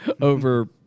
over